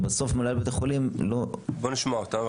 ובסוף מנהלי בתי החולים לא --- יאסר חוג'יראת (רע"מ,